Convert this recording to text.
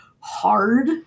hard